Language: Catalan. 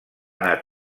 anar